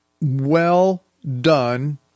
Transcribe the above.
well-done